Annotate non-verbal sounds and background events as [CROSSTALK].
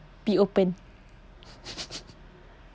be open [LAUGHS]